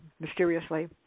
mysteriously